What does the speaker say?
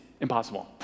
impossible